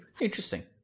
Interesting